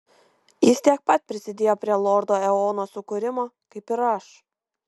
jis tiek pat prisidėjo prie lordo eono sukūrimo kaip ir aš